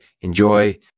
enjoy